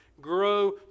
grow